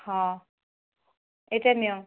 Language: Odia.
ହଁ ଏଇଟା ନିଅ